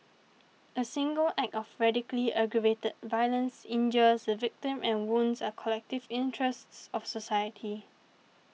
a single act of racially aggravated violence injures the victim and wounds are collective interests of society